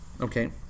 Okay